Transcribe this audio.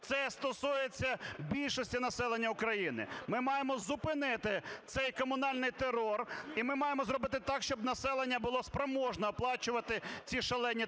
Це стосується більшості населення України. Ми маємо зупинити цей комунальний терор, і ми маємо зробити так, щоб населення було спроможне оплачувати ці шалені тарифи.